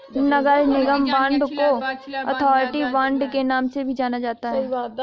नगर निगम बांड को authority bond के नाम से भी जाना जाता है